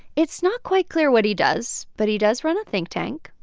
it's not quite clear what he does. but he does run a think tank,